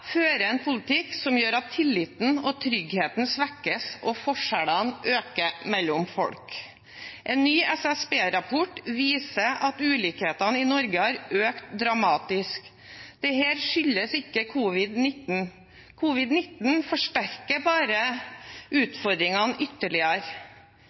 fører en politikk som gjør at tilliten og tryggheten svekkes og forskjellene øker mellom folk. En ny SSB-rapport viser at ulikhetene i Norge har økt dramatisk. Dette skyldes ikke covid-19. Covid-19 forsterker bare